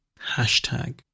hashtag